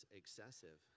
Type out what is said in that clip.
excessive